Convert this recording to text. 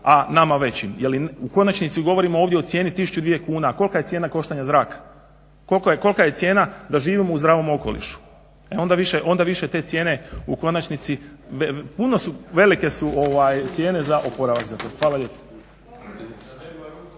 a nama većim, jer u konačnici govorimo ovdje o cijeni tisuću, dvije kuna, a kolika je cijena koštanja zraka, kolika je cijena da živimo u zdravom okolišu, e onda više te cijene u konačnici puno su, velike su cijene za oporavak za to. Hvala lijepo.